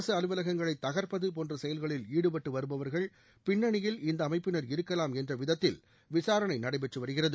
அரசு அலுவலகங்களை தகர்ப்பது போன்ற செயல்களில் ஈடுபட்டு வருபவர்கள் பின்னணியில் இந்த அமைப்பினர் இருக்கலாம் என்ற விதத்தில் விசாரணை நடைபெற்று வருகிறது